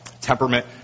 temperament